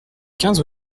quinze